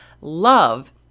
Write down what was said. love